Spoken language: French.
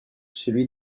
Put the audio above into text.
celui